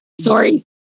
Sorry